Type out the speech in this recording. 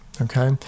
okay